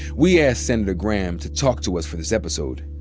we asked senator graham to talk to us for this episode.